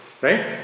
right